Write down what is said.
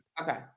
Okay